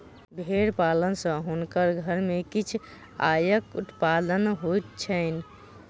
भेड़ पालन सॅ हुनकर घर में किछ आयक उत्पादन होइत छैन